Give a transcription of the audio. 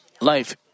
life